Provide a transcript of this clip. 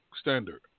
Standard